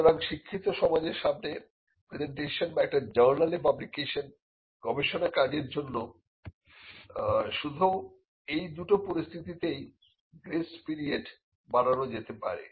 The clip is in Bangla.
সুতরাং শিক্ষিত সমাজের সামনে প্রেজেন্টেশন বা একটি জার্নালে পাবলিকেশন গবেষণা কাজের জন্য শুধু এই দুটি পরিস্থিতিতে গ্রেস পিরিয়ড বাড়ানো যেতে পারে